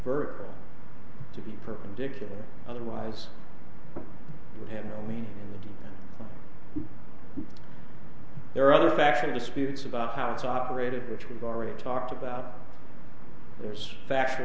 vertical to be perpendicular otherwise it would have no meaning in the doing there are other factors disputes about how it's operated which we've already talked about there's a fact